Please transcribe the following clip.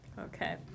Okay